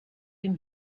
dem